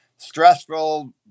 Stressful